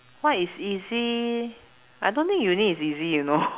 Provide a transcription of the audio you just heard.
what is easy I don't think uni is easy you know